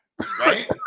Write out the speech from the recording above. right